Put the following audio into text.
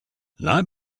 not